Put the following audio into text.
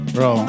Bro